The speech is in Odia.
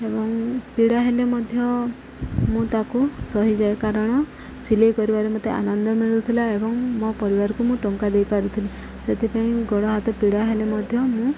ଏବଂ ପୀଡ଼ା ହେଲେ ମଧ୍ୟ ମୁଁ ତାକୁ ସହିଯାଏ କାରଣ ସିଲେଇ କରିବାରେ ମୋତେ ଆନନ୍ଦ ମିଳୁଥିଲା ଏବଂ ମୋ ପରିବାରକୁ ମୁଁ ଟଙ୍କା ଦେଇପାରୁଥିଲି ସେଥିପାଇଁ ଗୋଡ଼ ହାତ ପୀଡ଼ା ହେଲେ ମଧ୍ୟ ମୁଁ